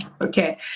okay